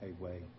away